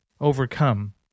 overcome